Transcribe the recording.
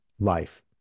life